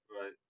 Right